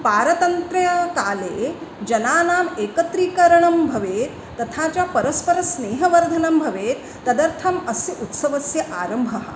पारतन्त्र्यकाले जनानाम् एकत्रीकरणं भवेत् तथा च परस्परस्नेहवर्धनं भवेत् तदर्थम् अस्य उत्सवस्य आरम्भः